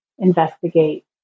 Investigate